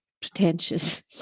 pretentious